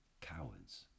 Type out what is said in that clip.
cowards